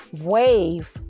wave